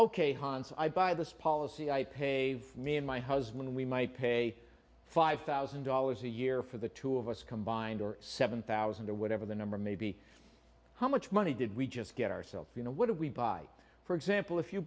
ok hans i buy this policy i pay me and my husband we might pay five thousand dollars a year for the two of us combined or seven thousand or whatever the number may be how much money did we just get ourselves you know what do we buy for example if you